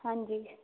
ਹਾਂਜੀ